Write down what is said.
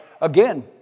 again